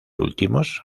últimos